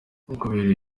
kubera